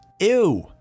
Ew